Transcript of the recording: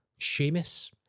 Seamus